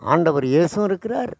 ஆண்டவர் ஏசுவும் இருக்கிறார்